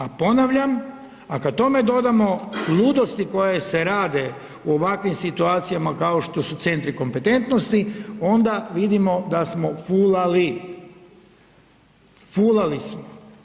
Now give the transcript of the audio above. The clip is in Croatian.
A ponavljam, a kada tome dodamo ludosti koje se rade u ovakvim situacijama kao što su centri kompetentnosti onda vidimo da smo fulali, fulali smo.